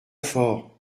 fort